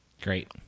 Great